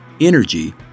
energy